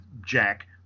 Jack